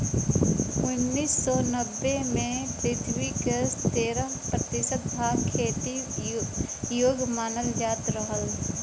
उन्नीस सौ नब्बे में पृथ्वी क तेरह प्रतिशत भाग खेती योग्य मानल जात रहल